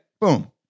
Boom